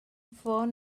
ffôn